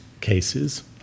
cases